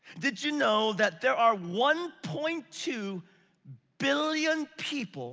did you know that there are one point two billion people